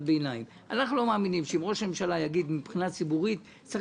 ביניים שאם ראש הממשלה יגיד שמבחינה ציבורית צריך